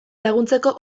laguntzeko